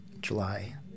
July